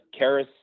Karis